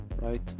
right